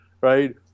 right